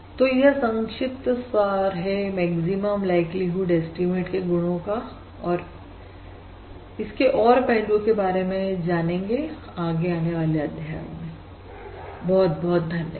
तो यह संक्षिप्त सार है मैक्सिमम लाइक्लीहुड ऐस्टीमेट के गुणों का और इसके और पहलू के बारे में जानेंगे आगे आने वाले अध्यायों में बहुत बहुत धन्यवाद